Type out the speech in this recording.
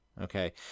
Okay